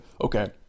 Okay